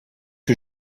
que